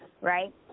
Right